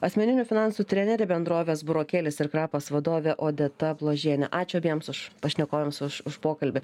asmeninių finansų trenerė bendrovės burokėlis ir krapas vadovė odeta bložienė ačiū abiems už pašnekovėms už už pokalbių